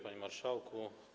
Panie Marszałku!